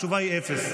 התשובה היא אפס.